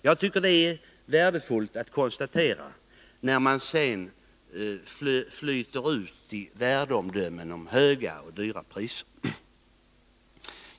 Jag tycker det är värdefullt att konstatera detta, när man flyter ut i värdeomdömen om höga priser.